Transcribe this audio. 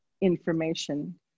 information